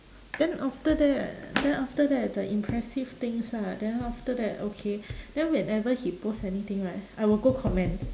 then after that then after that the impressive things ah then after that okay then whenever he post anything right I will go comment